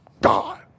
God